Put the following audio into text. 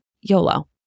YOLO